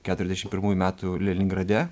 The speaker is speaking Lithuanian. keturiasdešim pirmųjų metų lelingrade